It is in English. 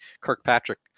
Kirkpatrick